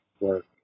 work